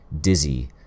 dizzy